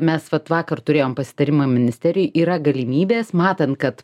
mes vat vakar turėjom pasitarimą ministerijoj yra galimybės matant kad